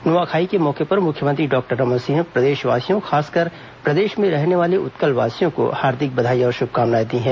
नुआ खाई के मौके पर मुख्यमंत्री डॉक्टर रमन सिंह ने प्रदेशवासियों खासकर प्रदेश में रहने वाले उत्कलवासियों को हार्दिक बधाई और शुभकामनाएं दी हैं